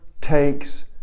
takes